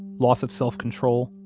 loss of self-control,